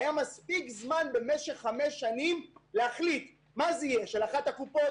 היה מספיק זמן במשך חמש שנים להחליט מה זה יהיה: של אחת הקופות?